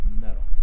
metal